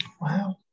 Wow